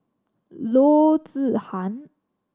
Loo Zihan